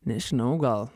nežinau gal